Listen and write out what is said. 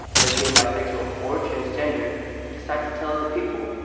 lesbian, bisexual, or transgender decides to tell other people.